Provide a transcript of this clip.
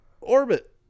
orbit